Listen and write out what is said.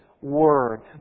Word